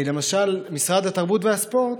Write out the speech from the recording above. משרד התרבות והספורט,